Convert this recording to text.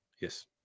Yes